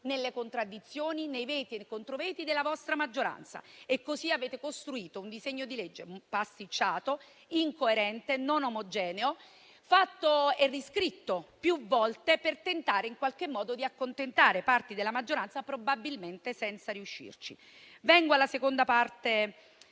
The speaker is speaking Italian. nelle contraddizioni, nei veti e nei contro veti della vostra maggioranza. E così avete costruito un disegno di legge pasticciato, incoerente e non omogeneo, fatto e riscritto più volte per tentare in qualche modo di accontentare parti della maggioranza, probabilmente senza riuscirci. Vengo ora alla seconda parte